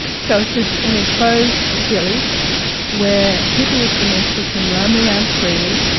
so it's ah an enclosed village where people with dementia can roam around freely.